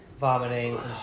Vomiting